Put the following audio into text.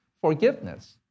Forgiveness